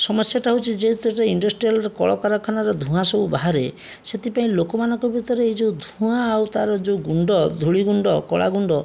ସମସ୍ୟାଟା ହେଉଛି ଯେହେତୁ ଯେ ଇଣ୍ଡଷ୍ଟ୍ରିଆଲ କଳକାରଖାନାର ଧୂଆଁ ସବୁ ବାହାରେ ସେଥିପାଇଁ ଲୋକମାନଙ୍କ ଭିତରେ ଏ ଯେଉଁ ଧୂଆଁ ଆଉ ତାର ଯେଉଁ ଗୁଣ୍ଡ ଧୂଳି ଗୁଣ୍ଡ କଳା ଗୁଣ୍ଡ